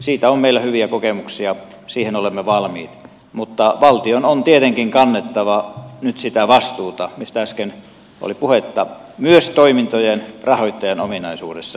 siitä on meillä hyviä kokemuksia siihen olemme valmiit mutta valtion on tietenkin kannettava nyt sitä vastuuta mistä äsken oli puhetta myös toimintojen rahoittajan ominaisuudessa